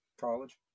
college